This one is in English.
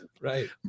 Right